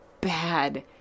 bad